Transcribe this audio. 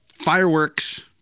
Fireworks